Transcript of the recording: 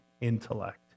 intellect